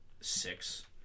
Six